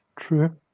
True